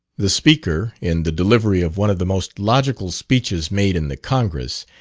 the speaker, in the delivery of one of the most logical speeches made in the congress,